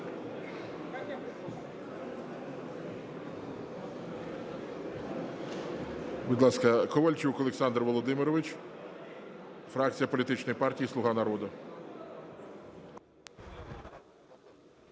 Будь ласка, Ковальчук Олександр Володимирович, фракція політичної партії "Слуга народу".